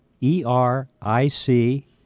E-R-I-C